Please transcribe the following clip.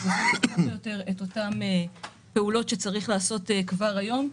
זה מחייב את אותן פעולות שצריך לעשות כבר היום.